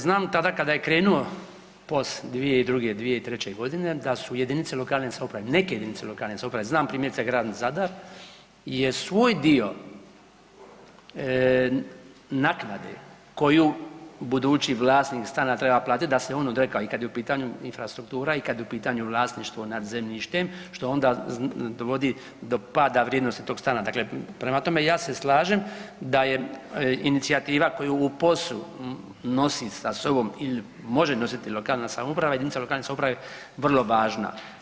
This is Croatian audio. Znam tada kada je krenuo POS 2002., 2003. g. da su jedinice lokalne samouprave, neke jedinice lokalne samouprave, znam primjerice, grad Zadar je svoj dio naknade koju budući vlasnik stana treba platiti da se on odrekao, i kad je u pitanju infrastruktura i kad je u pitanju vlasništvo nad zemljištem, što je onda dovodi do pada vrijednosti tog stana, dakle prema tome, ja se slažem da je inicijativa koju u POS-u nosi sa sobom i može nositi lokalna samouprava, jedinice lokalne samouprave, vrlo važna.